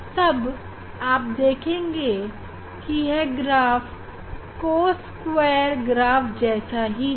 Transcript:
तब आप देखेंगे कि यह ग्राफ़ कॉस के स्क्वायर ग्राफ़ जैसा ही है